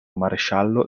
maresciallo